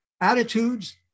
attitudes